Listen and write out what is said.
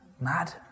Mad